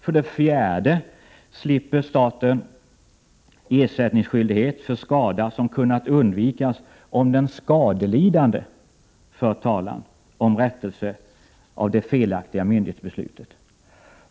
För det fjärde slipper staten ersättningskyldighet för skada som kunnat undvikas om den skadelidande fört talan om rättelse av det felaktiga myndighetsbeslutet.